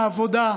העבודה,